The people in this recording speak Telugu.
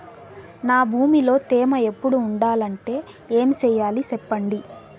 నా భూమిలో తేమ ఎప్పుడు ఉండాలంటే ఏమి సెయ్యాలి చెప్పండి?